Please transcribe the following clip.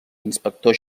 inspector